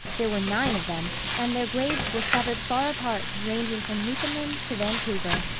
there were nine of them and their graves were severed far apart, ranging from newfoundland to vancouver.